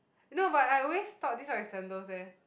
no but I always thought this one is sandals eh